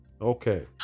Okay